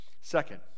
Second